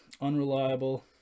unreliable